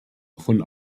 von